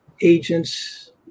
agents